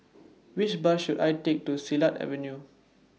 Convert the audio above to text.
Which Bus should I Take to Silat Avenue